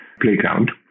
playground